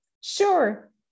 Sure